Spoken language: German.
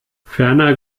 ferner